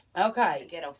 Okay